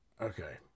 Okay